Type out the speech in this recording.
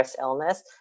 illness